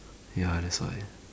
ya that's why